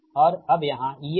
और अब यहाँ EA EA